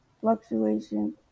fluctuation